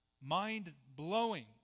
mind-blowing